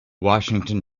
washington